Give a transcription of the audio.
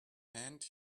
hand